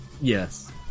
Yes